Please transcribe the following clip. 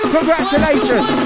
Congratulations